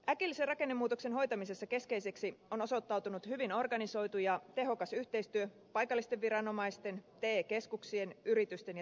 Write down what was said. äkillisen rakennemuutoksen hoitamisessa keskeiseksi on osoittautunut hyvin organisoitu ja tehokas yhteistyö paikallisten viranomaisten te keskuksien yritysten ja työntekijöiden kesken